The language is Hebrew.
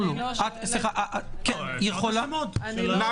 אני לא